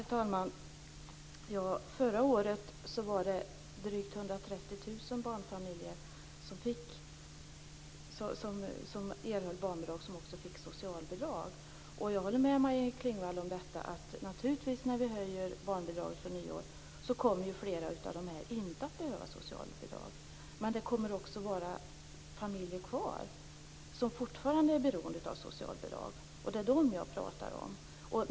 Herr talman! Förra året var det drygt 130 000 av de barnfamiljer som erhöll barnbidrag som också fick socialbidrag. Jag håller med Maj-Inger Klingvall om att när vi höjer barnbidraget från nyår så kommer flera av dessa familjer inte att behöva socialbidrag. Men det kommer också att finnas familjer som fortfarande är beroende av socialbidrag, och det är dem jag pratar om.